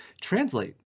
translate